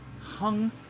hung